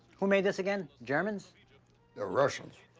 who made this again, germans? the russians.